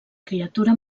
criatura